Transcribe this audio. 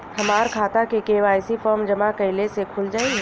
हमार खाता KYC form जमा कइले से खुल जाई?